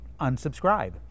unsubscribe